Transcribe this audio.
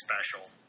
special